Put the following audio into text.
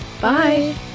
Bye